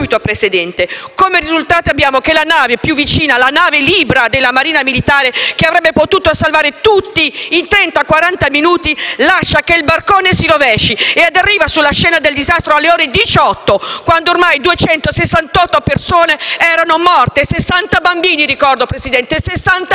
Come risultato abbiamo che la nave più vicina, la nave Libra della Marina militare che avrebbe potuto salvare tutti in trenta, quaranta minuti, lascia che il barcone si rovesci ed arriva sulla scena del disastro alle ore 18, quando oramai 268 persone erano morte. Ricordo: 60 bambini, signor Presidente, 60 bambini.